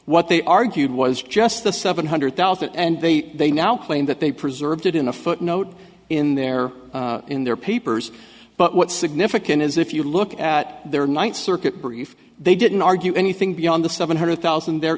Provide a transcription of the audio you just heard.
what they argued was just the seven hundred thousand and they they now claim that they preserved it in a footnote in their in their papers but what's significant is if you look at their ninth circuit brief they didn't argue anything beyond the seven hundred thousand there